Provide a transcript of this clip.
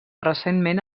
recentment